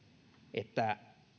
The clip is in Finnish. että